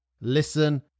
Listen